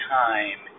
time